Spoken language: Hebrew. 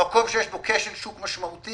במקום שיש בו כשל שוק משמעותי,